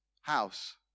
house